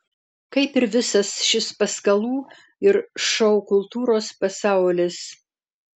kaip ir visas šis paskalų ir šou kultūros pasaulis